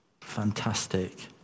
fantastic